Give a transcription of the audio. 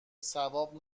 ثواب